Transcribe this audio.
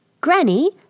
Granny